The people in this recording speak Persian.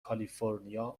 کالیفرنیا